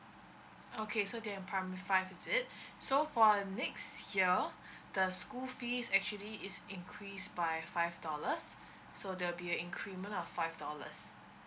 okay so then primary five is it so for next year the school fees actually is increase by five dollars so the period in are now five dollars